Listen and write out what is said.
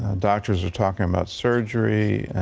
ah doctors are talking about surgery.